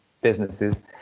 businesses